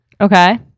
Okay